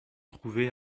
trouvé